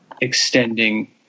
extending